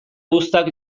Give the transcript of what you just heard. uztak